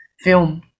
film